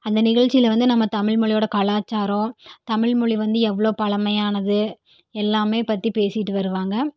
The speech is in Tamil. அந்த நிகழ்ச்சியில் வந்து நம்ம தமிழ் மொழியோடய கலாச்சாரம் தமிழ் மொழி வந்து எவ்வளோ பழமையானது எல்லாமே பற்றி பேசிகிட்டு வருவாங்க